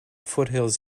foothills